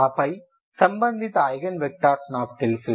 ఆపై సంబంధిత eigen vectors నాకు తెలుసు